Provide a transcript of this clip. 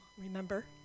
remember